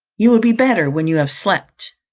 you will be better when you have slept.